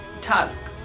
task